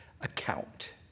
account